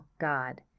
God